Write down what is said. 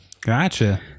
Gotcha